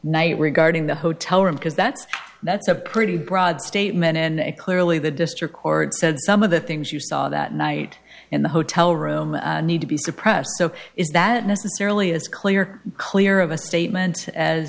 night regarding the hotel room because that's that's a pretty broad statement and clearly the district court said some of the things you saw that night in the hotel room need to be suppressed so is that necessarily as clear clear of a statement as